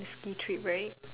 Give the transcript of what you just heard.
risky trip right